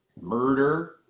murder